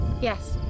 Yes